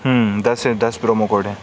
ہوں دس ہیں دس پرومو کوڈ ہیں